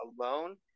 alone